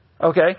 Okay